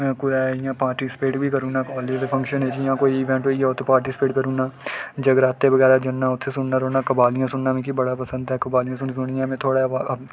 इ'यां कुतै पार्टिस्पेट बी करी ओड़ना कुतै कालेज दे फंक्शन च कोई इवेंट होई गेआ उत्त पार्टिस्पेट करी ओड़ना जगराते जन्ना उत्थै सुनना कवालियां सुनना मिगी बड़ा पसंद ऐ कवालियां सुनी सुनियै में थोह्ड़ा